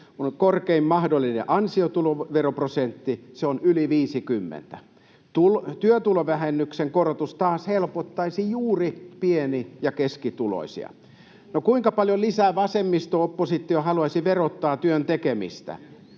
korkein mahdollinen ansiotuloveroprosentti. Se on yli 50. Työtulovähennyksen korotus taas helpottaisi juuri pieni- ja keskituloisia. No, kuinka paljon lisää vasemmisto-oppositio haluaisi verottaa työn tekemistä?